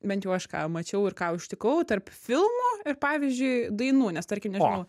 bent jau aš ką mačiau ir ką užtikau tarp filmo ir pavyzdžiui dainų nes tarkim nežinau